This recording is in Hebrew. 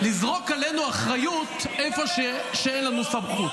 לזרוק עלינו אחריות איפה שאין לנו סמכות.